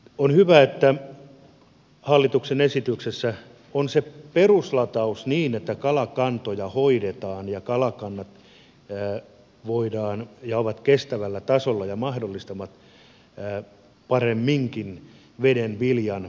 on hyvä että hallituksen esityksessä on se peruslataus että kalakantoja hoidetaan ja kalakannat ovat kestävällä tasolla ja mahdollistavat paremminkin vedenviljan hyötykäytön